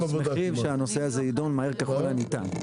שמחים שהנושא הזה יידון מהר ככל הניתן.